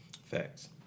Facts